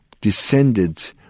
descended